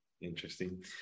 Interesting